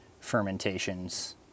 fermentations